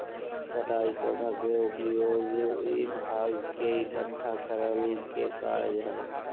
कटाई पौधा के उपयोगी भाग के इकट्ठा करय के कार्य हइ